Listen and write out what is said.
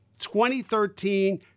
2013